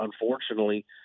Unfortunately